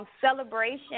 celebration